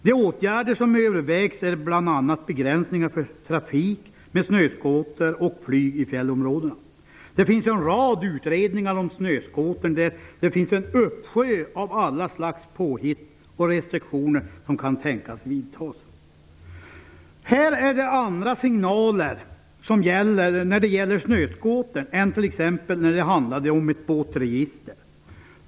De åtgärder som övervägs är bl.a. begränsningar för trafik med snöskoter och flyg i fjällområden. Det finns en rad utredningar om snöskotern. Det finns en uppsjö av alla slags påhitt och restriktioner som kan tänkas vidtas. Här ges andra signaler när det gäller snöskotrar än när det t.ex. handlade om båtregistret.